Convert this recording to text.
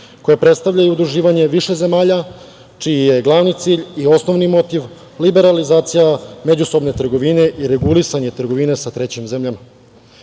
koje predstavljaju udruživanje više zemalja čiji je glavni cilj i osnovni motiv liberalizacija međusobne trgovine i regulisanje trgovine sa trećim zemljama.